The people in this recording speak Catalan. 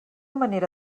manera